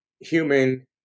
human